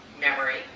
memory